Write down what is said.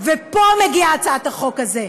ופה מגיעה הצעת החוק הזאת,